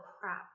crap